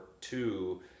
two